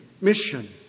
mission